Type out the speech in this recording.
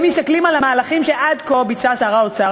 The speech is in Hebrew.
אם מסתכלים על המהלכים שעד כה ביצע שר האוצר,